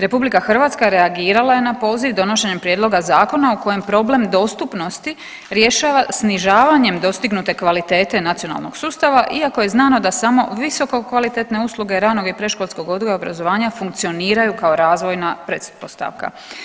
Republika Hrvatska reagirala je na poziv donošenjem Prijedloga zakona u kojem problem dostupnosti rješava snižavanjem dostignute kvalitete nacionalnog sustava iako je znano da samo visoko kvalitetne usluge ranog i predškolskog odgoja i obrazovanja funkcioniraju kao razvojna pretpostavka.